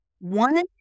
One